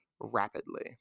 rapidly